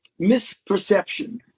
misperception